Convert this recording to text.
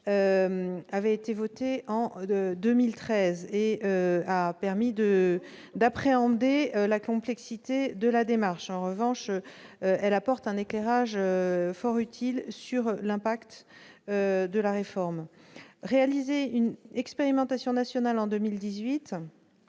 avait été votée en 2013, a permis d'appréhender la complexité de la démarche. Elle apporte aussi un éclairage fort utile sur l'impact de la réforme. Réaliser une expérimentation nationale en 2018